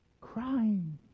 Crying